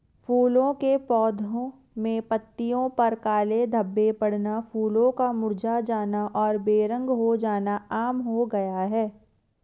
फूलों के पौधे में पत्तियों पर काले धब्बे पड़ना, फूलों का मुरझा जाना और बेरंग हो जाना आम हो गया है